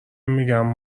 میگم